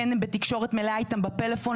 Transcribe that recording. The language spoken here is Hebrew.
כן הם בתקשורת מלאה איתם בפלאפון,